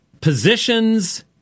positions